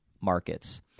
markets